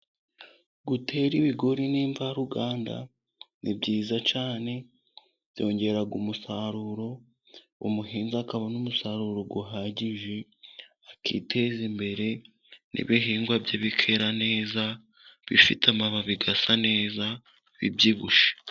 Gutera ibigori n'imvaruganda ni byiza cyane, byongera umusaruro, umuhinzi akabona umusaruro uhagije akiteza imbere, n'ibihingwa bye bikera neza, bifite amababi asa neza bibyibushye.